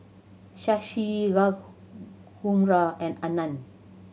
Shashi Raghuram and Anand